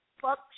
fuck